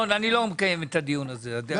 לדוגמה, תשלום בגין דצמבר משולם בינואר לאחר מכן.